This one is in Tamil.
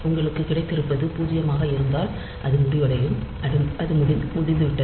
உங்களுக்கு கிடைத்திருப்பது பூஜ்ஜியமாக இருந்தால் அது முடிவடையும் அது முடிந்துவிட்டது